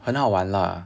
很好玩 lah